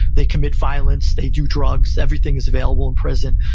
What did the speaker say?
they commit violence. they do drugs. everything is available in prison.